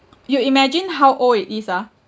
you imagine how old it is ah